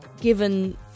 given